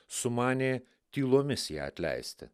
sumanė tylomis ją atleisti